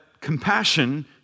compassion